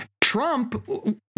Trump